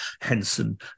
Henson